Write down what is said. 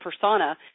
persona